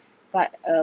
pa~ uh